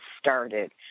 started